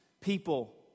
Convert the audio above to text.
People